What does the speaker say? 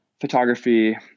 photography